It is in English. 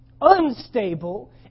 unstable